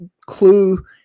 clue